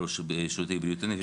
ראש שירותי בריאות הנפש.